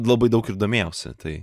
labai daug ir domėjausi tai